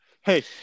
Hey